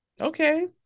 Okay